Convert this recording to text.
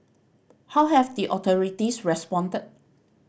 how have the authorities responded